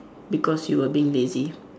because you were being lazy